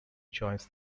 choice